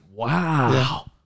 Wow